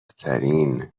ترین